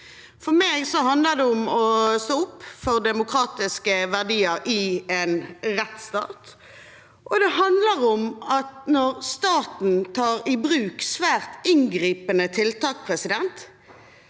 For meg handler det om å stå opp for demokratiske verdier i en rettsstat, og det handler om at når staten gjør svært inngripende tiltak i nordmenns